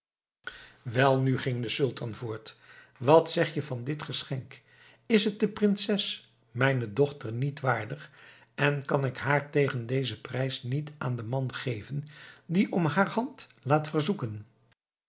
welnu ging de sultan voort wat zeg je van dit geschenk is het de prinses mijne dochter niet waardig en kan ik haar tegen dezen prijs niet aan den man geven die om haar hand laat verzoeken